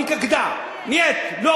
לא,